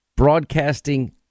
broadcasting